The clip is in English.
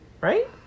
Right